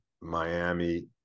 Miami